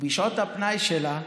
ובשעות הפנאי שלה,